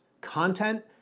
content